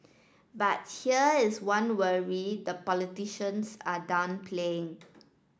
but here is one worry the politicians are downplaying